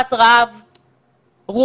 חרפת רעב רוחני,